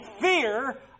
fear